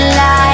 light